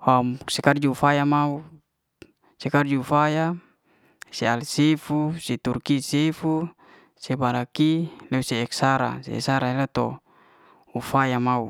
am se karju faya mau. se karju faya se al sifu, si turky sifu, se ba'ra ki nak se asa'ra na to ufaya mau